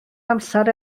amser